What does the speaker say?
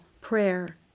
prayer